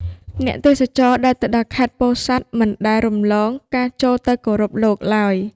អ្នកទេសចរដែលទៅដល់ខេត្តពោធិ៍សាត់ មិនដែលរំលងការចូលទៅគោរពលោកឡើយ។